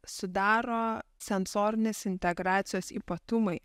sudaro sensorinės integracijos ypatumai